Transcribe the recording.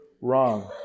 wrong